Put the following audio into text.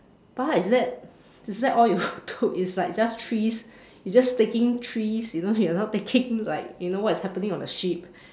pa is that is that all you took is like just trees you're just taking trees you know you're not taking like you know what is happening on the ship